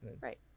Right